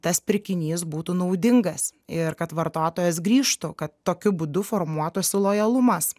tas pirkinys būtų naudingas ir kad vartotojas grįžtų kad tokiu būdu formuotųsi lojalumas